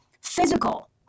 physical